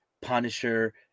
Punisher